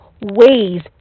ways